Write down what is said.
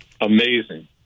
amazing